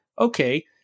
okay